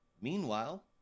Meanwhile